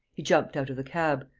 he jumped out of the cab,